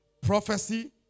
Prophecy